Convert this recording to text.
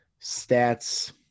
stats